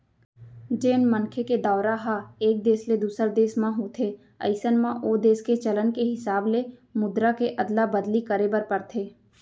जेन मनखे के दौरा ह एक देस ले दूसर देस म होथे अइसन म ओ देस के चलन के हिसाब ले मुद्रा के अदला बदली करे बर परथे